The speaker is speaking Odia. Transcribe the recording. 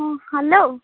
ହଁ ହ୍ୟାଲୋ